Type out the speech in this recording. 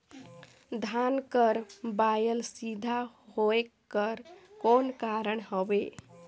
धान कर बायल सीधा होयक कर कौन कारण हवे?